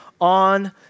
on